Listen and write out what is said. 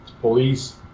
police